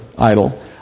Idol